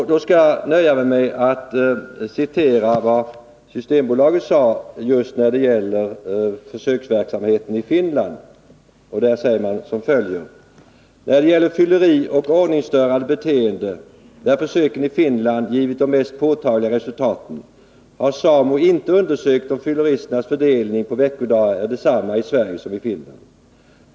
Jag skall då nöja mig med att citera vad Systembolaget sade just när det gäller försöksverksamheten i Finland: ”När det gäller fylleri och ordningsstörande beteenden — där försöken i Finland givit de mest påtagliga resultaten — har SAMO inte undersökt om fylleriernas fördelning på veckodagar är desamma i Sverige som i Finland.